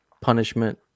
punishment